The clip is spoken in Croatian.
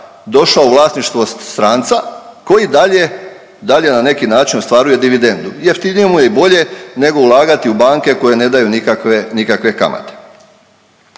došao u vlasništvo stranca koji dalje, dalje na neki način ostvaruje dividendu. Jeftinije mu je i bolje nego ulagati u banke koje ne daju nikakve, nikakve